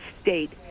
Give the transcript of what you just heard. state